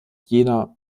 jena